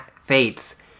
fates